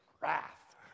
wrath